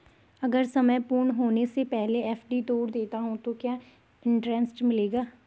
अगर समय पूर्ण होने से पहले एफ.डी तोड़ देता हूँ तो क्या इंट्रेस्ट मिलेगा?